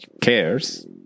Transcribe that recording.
cares